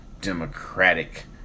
Democratic